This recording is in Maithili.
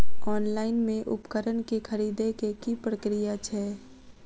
ऑनलाइन मे उपकरण केँ खरीदय केँ की प्रक्रिया छै?